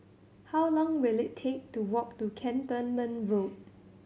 how long will it take to walk to Cantonment Road